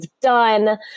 done